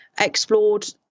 explored